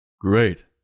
Great